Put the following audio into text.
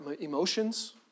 emotions